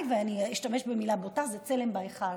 אני אשתמש במילה בוטה, בעיניי זה צלם בהיכל.